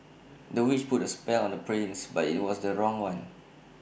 the witch put A spell on the prince but IT was the wrong one